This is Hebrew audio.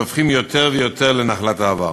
שהופכים יותר ויותר לנחלת העבר.